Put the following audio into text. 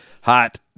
hot